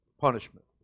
punishment